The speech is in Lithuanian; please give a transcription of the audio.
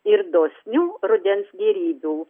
ir dosnių rudens gėrybių